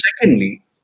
secondly